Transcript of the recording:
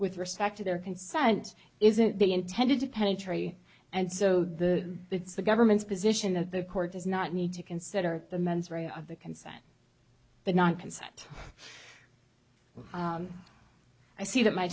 with respect to their consent isn't the intended to penetrate and so the it's the government's position that the court does not need to consider the mens rea of the consent but not consent i see that my